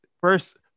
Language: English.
first